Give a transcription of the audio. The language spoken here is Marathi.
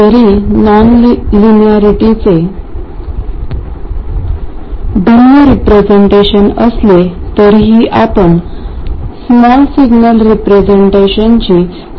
जरी नॉनलिनियरिटीचे भिन्न रिप्रेझेंटेशन असले तरीही आपण लहान सिग्नल रिप्रेझेंटेशनची सहज गणना करू शकता